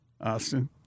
Austin